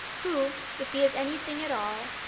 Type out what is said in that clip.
who, if he is any thing at all,